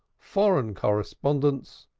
foreign correspondents,